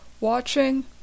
Watching